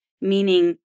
meaning